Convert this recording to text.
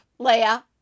Leia